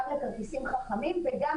לנטרל אותו כדי להגיד אם יש